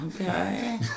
okay